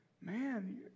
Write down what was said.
Man